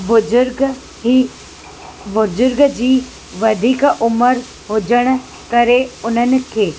बुज़ुर्ग ई बुज़ुर्ग जी वधीक उमिरि हुजणु करे उन्हनि खे